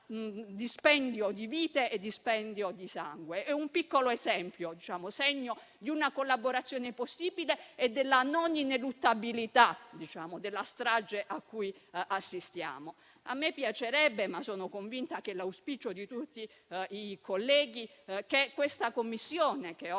dispendio di vite e di sangue. È un piccolo esempio, segno di una collaborazione possibile e della non ineluttabilità della strage a cui assistiamo. Mi piacerebbe - e sono convinta che sia l'auspicio di tutti i colleghi - che questa Commissione, che